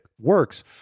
works